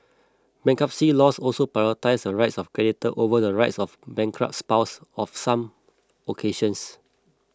bankruptcy laws also prioritise the rights of creditors over the rights of the bankrupt's spouse of some occasions